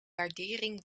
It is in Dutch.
waardering